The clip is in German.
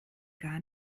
gar